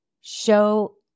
show